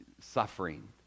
Suffering